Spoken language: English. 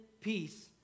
peace